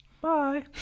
Bye